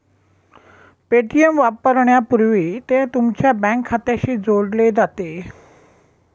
Paytm वापरण्यापूर्वी ते तुमच्या बँक खात्याशी जोडले जाते